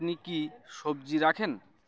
আপনি কি সবজি রাখেন